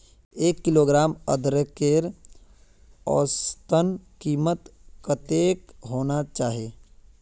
एक किलोग्राम अदरकेर औसतन कीमत कतेक होना चही?